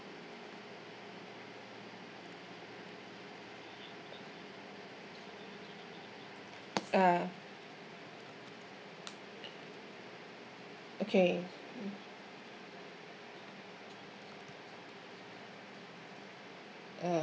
uh okay err